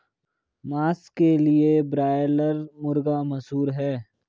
मांस के लिए ब्रायलर मुर्गा मशहूर है